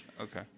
Okay